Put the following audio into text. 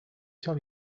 tell